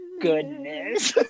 goodness